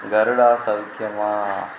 கருடா சௌக்கியமா